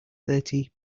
thirty